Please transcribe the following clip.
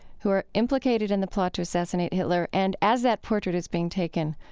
who are implicated in the plot to assassinate hitler and, as that portrait is being taken,